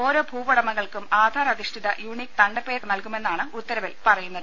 ഓരോ ഭൂവുടമകൾക്കും ആധാർ അധിഷ്ഠിത യൂണിക് തണ്ടപ്പേർ നൽകുമെന്നാണ് ഉത്തരവിൽ പറയുന്നത്